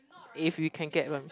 if we can get them